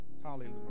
Hallelujah